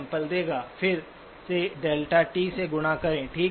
फिर से δ से गुणा करें ठीक है